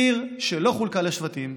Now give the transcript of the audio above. עיר שלא חולקה לשבטים,